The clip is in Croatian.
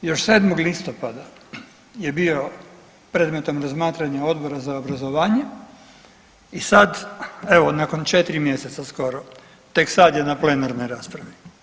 Još 7. listopada je bio predmetom razmatranja Odbora za obrazovanje i sad evo nakon 4 mjeseca skoro tek sad je na plenarnoj raspravi.